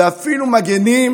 ואפילו מגינים